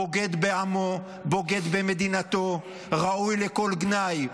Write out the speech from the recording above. בוגד בעמו, בוגד במדינתו, ראוי לכל גנאי.